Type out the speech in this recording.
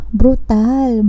brutal